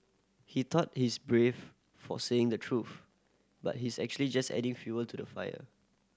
he thought he's brave for saying the truth but he's actually just adding fuel to the fire